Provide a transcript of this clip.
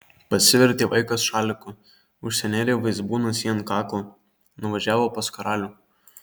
pasivertė vaikas šaliku užsinėrė vaizbūnas jį ant kaklo nuvažiavo pas karalių